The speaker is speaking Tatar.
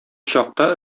чакта